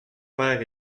père